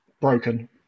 broken